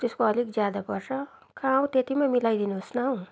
त्यसको अलिक ज्यादा पर्छ कहाँ हो त्यतिमा मिलाइदिनु होस् न हो